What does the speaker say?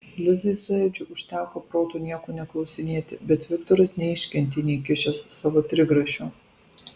lisai su edžiu užteko proto nieko neklausinėti bet viktoras neiškentė neįkišęs savo trigrašio